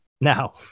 Now